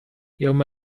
يوم